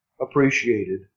appreciated